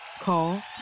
Call